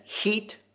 heat